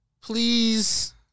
Please